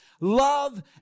love